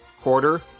quarter